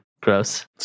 gross